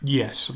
yes